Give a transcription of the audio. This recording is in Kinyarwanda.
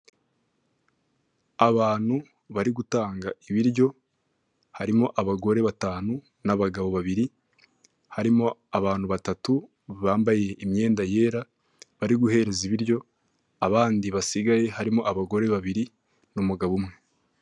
Abantu bari gutanga ibiryo harimo abagore batanu n'abagabo babiri harimo abantu batatu bambaye imyenda yera bari guhereza ibiryo abandi basigaye harimo abagore babiri n'umugabo umwe.